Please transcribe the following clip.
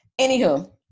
Anywho